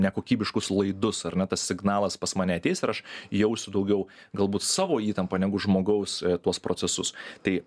nekokybiškus laidus ar ne tas signalas pas mane ateis ir aš jausiu daugiau galbūt savo įtampą negu žmogaus tuos procesus tai